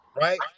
right